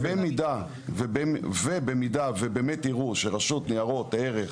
במידה ובאמת ייראו שרשות ניירות ערך